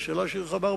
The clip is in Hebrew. זו שאלה רחבה ביותר.